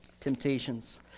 temptations